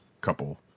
couple